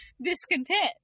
discontent